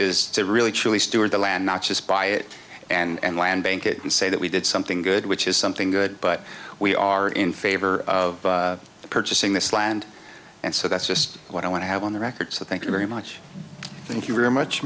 is to really truly steward the land not just buy it and land bank it and say that we did something good which is something good but we are in favor of purchasing this land and so that's just what i want to have on the record so thank you very much